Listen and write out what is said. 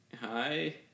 hi